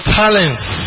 talents